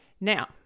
Now